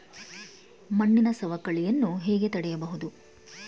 ಮಣ್ಣಿನ ಸವಕಳಿಯನ್ನು ಹೇಗೆ ತಡೆಯಬಹುದು?